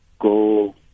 go